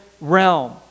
realm